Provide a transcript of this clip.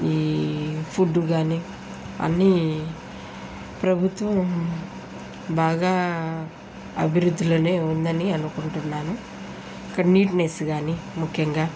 ఈ ఫుడ్డు కాని అన్నీ ప్రభుత్వం బాగా అభివృద్ధిలోనే ఉందని అనుకుంటున్నాను ఇక్కడ నీట్నెస్ కాని ముఖ్యంగా